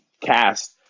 cast